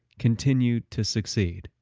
continued to succeed.